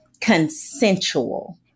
consensual